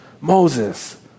Moses